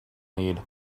need